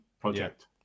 project